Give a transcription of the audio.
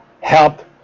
help